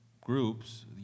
groups